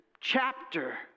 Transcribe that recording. chapter